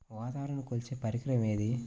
వాతావరణాన్ని కొలిచే పరికరం ఏది?